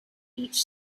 each